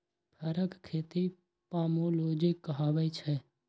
फरक खेती पामोलोजी कहाबै छै